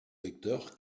vecteur